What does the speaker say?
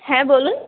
হ্যাঁ বলুন